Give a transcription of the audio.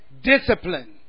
discipline